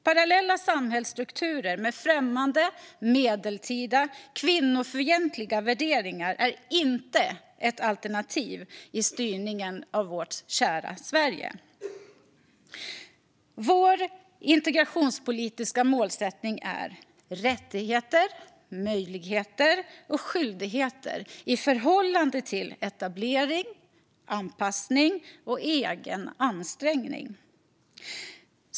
Parallella samhällsstrukturer med främmande medeltida, kvinnofientliga värderingar är inte ett alternativ i styrningen av vårt kära Sverige. Vår integrationspolitiska målsättning är rättigheter, möjligheter och skyldigheter i förhållande till etablering, anpassning och egen ansträngning.